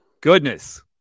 Goodness